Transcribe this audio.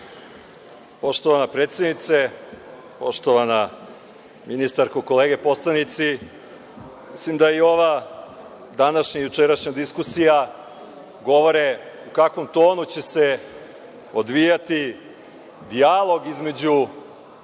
Poštovana predsednice, poštovana ministarko, kolege poslanici, mislim da i ova današnja i jučerašnja diskusija govore u kakvom tonu će se odvijati dijalog između